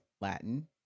Latin